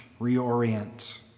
reorient